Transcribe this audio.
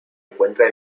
encuentra